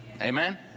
Amen